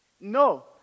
No